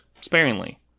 sparingly